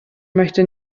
möchte